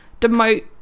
demote